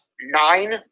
nine